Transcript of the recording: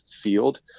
field